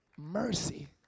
Mercy